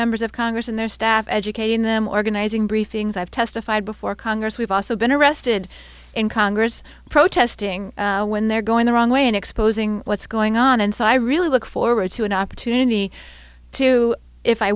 members of congress and their staff educating them organizing briefings i've testified before congress we've also been arrested in congress protesting when they're going the wrong way in exposing what's going on and so i really look forward to an opportunity to if i